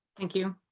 thank you.